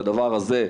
את הדבר הזה,